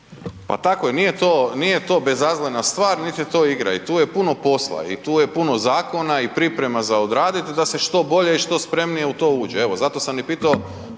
Pa tako je, nije to bezazlena stvar nit je to igra i tu je puno posla i tu je puno zakona i priprema za odradit da se što bolje i što spremnije u to uđe. Evo zato sam i pitao